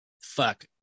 fuck